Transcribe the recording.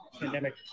pandemic